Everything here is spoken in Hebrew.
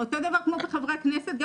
אותו דבר כמו בחברי הכנסת,